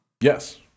Yes